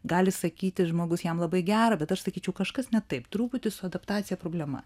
gali sakyti žmogus jam labai gera bet aš sakyčiau kažkas ne taip truputį su adaptacija problema